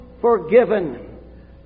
forgiven